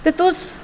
ते तुस